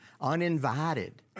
uninvited